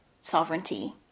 sovereignty